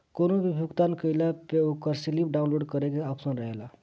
कवनो भी भुगतान कईला पअ ओकर स्लिप डाउनलोड करे के आप्शन रहेला